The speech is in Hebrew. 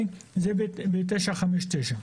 זה בהתאם ל-959.